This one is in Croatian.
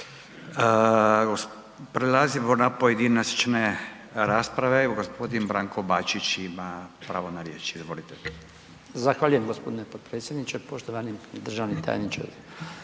Prelazimo na pojedinačne rasprave, evo gospodin Branko Bačić ima pravo na riječ. Izvolite. **Bačić, Branko (HDZ)** Zahvaljujem gospodine potpredsjedniče. Poštovani državni tajniče